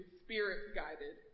spirit-guided